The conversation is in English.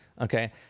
Okay